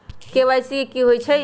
KYC कि होई छई?